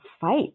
fight